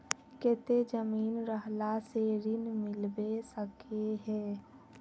केते जमीन रहला से ऋण मिलबे सके है?